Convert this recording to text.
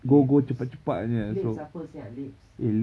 leps leps apa sia leps